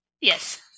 Yes